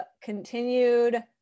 continued